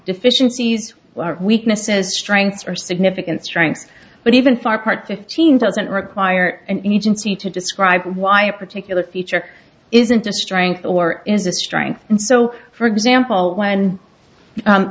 deficiencies weaknesses strengths or significant strengths but even far part fifteen doesn't require and agency to describe why a particular feature isn't a strength or is a strength and so for example when